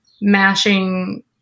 mashing